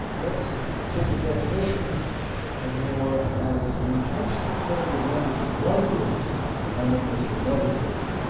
let's take a definition of war as the intentional killing of members of one group by members of another group.